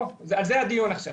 על זה הדיון עכשיו.